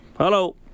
Hello